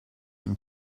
and